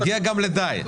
נגיע גם לדיאט.